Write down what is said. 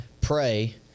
pray